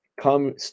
Come